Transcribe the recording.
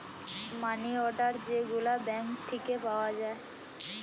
মানি order যে গুলা bank থিকে পাওয়া যায়